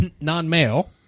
non-male